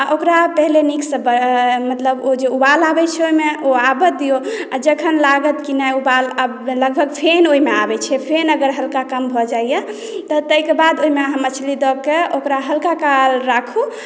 आ ओकरा पहिले नीकसँ मतलब ओ जे उबाल आबैत छै ओहिमे ओ आबय दियौ जखन लागत कि नहि उबाल लगभग फेन ओहिमे आबैत छै फेन अगर हल्का कम भऽ जाइए तऽ ताहिके बाद अहाँ ओहिमे मछली दऽ के ओकरा हल्का काल राखू